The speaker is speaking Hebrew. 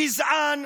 גזען,